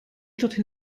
dorthin